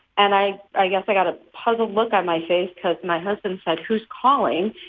and i i guess i got a puzzled look on my face because my husband said, who's calling?